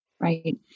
Right